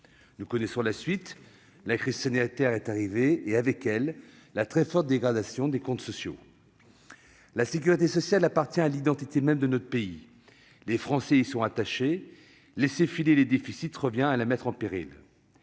Nous connaissons la suite : la crise sanitaire est survenue et, avec elle, la très forte dégradation des comptes sociaux. La sécurité sociale fait partie intégrante de l'identité même de notre pays. Les Français y sont attachés. Laisser filer les déficits revient à la mettre en péril.